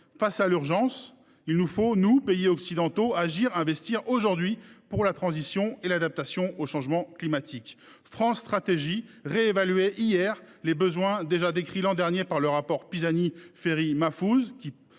Face à l’urgence, il nous faut, nous pays occidentaux, agir et investir aujourd’hui pour la transition et l’adaptation au changement climatique. France Stratégie réévaluait hier les besoins déjà décrits l’an dernier dans le rapport de Jean Pisani Ferry